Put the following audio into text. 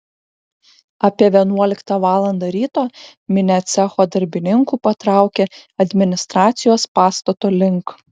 apie vienuoliktą valandą ryto minia cecho darbininkų patraukė administracijos pastato link